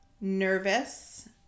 nervous